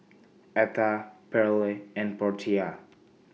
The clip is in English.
Atha Pearle and Portia